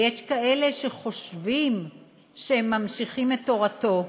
ויש כאלה שחושבים שהם ממשיכים את תורתו,